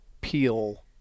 peel